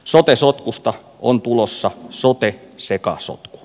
sote sotkusta on tulossa sote sekasotku